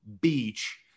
beach